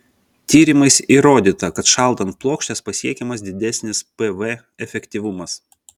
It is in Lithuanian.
tyrimais įrodyta kad šaldant plokštes pasiekiamas didesnis pv efektyvumas